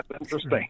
interesting